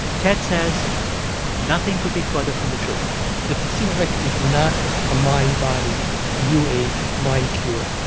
ted says nothing could be further from the truth the placebo effect is not a mind-body new age mind cure.